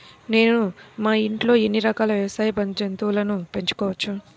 నేను మా ఇంట్లో ఎన్ని రకాల వ్యవసాయ జంతువులను పెంచుకోవచ్చు?